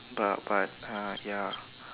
but but uh ya